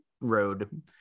road